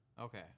Okay